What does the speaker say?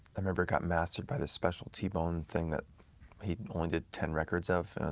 i remember it got mastered by the special t bone thing that he only did ten records of.